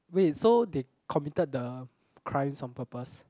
wait so they committed the crimes on purpose